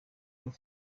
muri